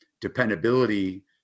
dependability